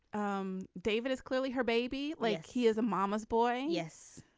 um david is clearly her baby. like he is a mama's boy. yes.